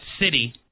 city –